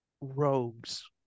rogues